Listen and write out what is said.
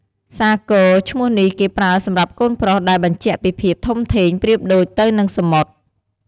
សាគរ ឈ្មោះនេះគេប្រើសម្រាប់កូនប្រុស ដែលបញ្ជាក់ពីភាពធំធេងប្រៀបប្រដូចទៅនឹងសមុទ្រ។